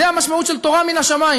זו המשמעות של תורה מן השמים.